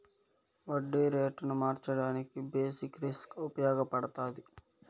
వడ్డీ రేటును మార్చడానికి బేసిక్ రిస్క్ ఉపయగపడతాది